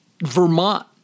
Vermont